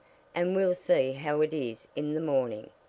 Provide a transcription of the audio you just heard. and we'll see how it is in the morning.